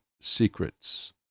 secrets